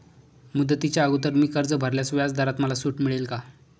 मुदतीच्या अगोदर मी कर्ज भरल्यास व्याजदरात मला सूट मिळेल का?